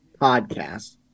podcast